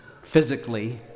physically